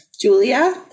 Julia